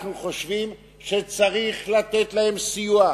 אנחנו חושבים שצריך לתת להם סיוע.